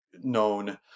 known